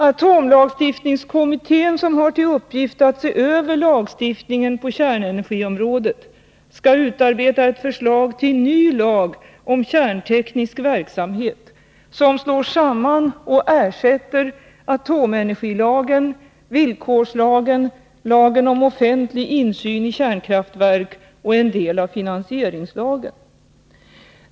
Atomlagstiftningskommittén, som har till uppgift att se över lagstiftningen på kärnenergiområdet, skall utarbeta ett förslag till ny lag om kärnteknisk verksamhet som slår samman och ersätter atomenergilagen, villkorslagen, lagen om offentlig insyn i kärnkraftverk och en del av finansieringslagen.